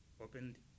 opened